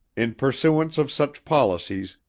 in pursuance of such policies,